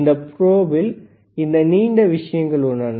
இந்த ப்ரோபில் இந்த நீண்ட விஷயங்கள் உள்ளன